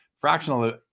fractional